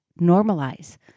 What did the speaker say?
normalize